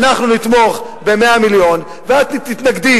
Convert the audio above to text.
אנחנו נתמוך ב-100 מיליון ואת תתנגדי